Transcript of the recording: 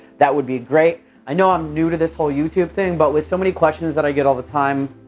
that would be great. i know i'm new to this whole youtube thing but with so many questions that i get all the time,